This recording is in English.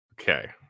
Okay